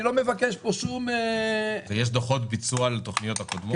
אני לא מבקש פה שום --- ויש דוחות ביצוע לתוכניות הקודמות?